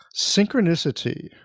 Synchronicity